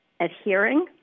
adhering